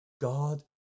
God